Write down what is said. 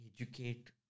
educate